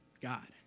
God